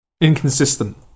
Inconsistent